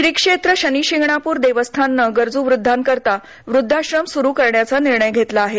श्रीक्षेत्र शनिशिंगणापूर देवस्थाननं गरजू वृद्धांकरीता वृद्धाश्रम सुरू करण्याचा निर्णय घेतला आहे